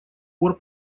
пор